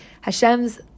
Hashem's